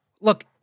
Look